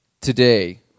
today